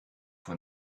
vor